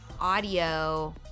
audio